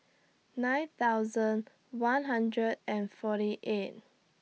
nine thousand one hundred and forty eight